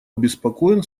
обеспокоен